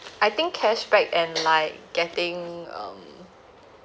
I think cashback and like getting um